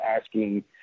asking